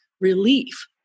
relief